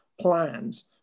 plans